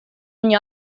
ogni